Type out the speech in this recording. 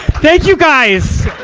thank you, guys!